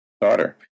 daughter